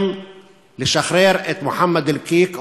לשחרר את מוחמד אלקיק,